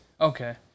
Okay